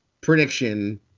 prediction